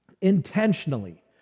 intentionally